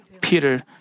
Peter